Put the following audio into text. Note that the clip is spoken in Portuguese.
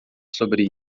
sobre